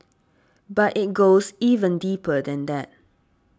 but it goes even deeper than that